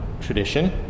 tradition